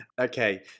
okay